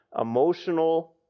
emotional